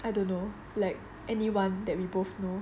I don't know like anyone that we both know